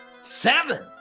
Seven